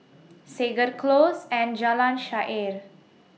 Segar Close and Jalan Shaer